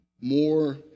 more